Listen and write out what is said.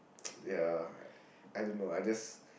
ya I don't know I just